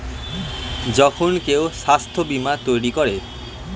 যখন কেউ স্বাস্থ্য বীমা তৈরী করে